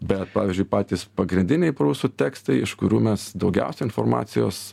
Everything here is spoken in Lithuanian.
bet pavyzdžiui patys pagrindiniai prūsų tekstai iš kurių mes daugiausia informacijos